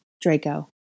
Draco